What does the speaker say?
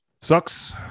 sucks